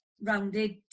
rounded